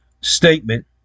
statement